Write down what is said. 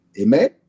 Amen